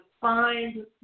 find